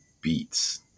beats